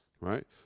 Right